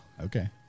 Okay